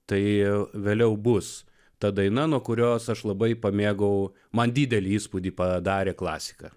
tai vėliau bus ta daina nuo kurios aš labai pamėgau man didelį įspūdį padarė klasika